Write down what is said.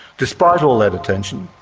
despite all that attention,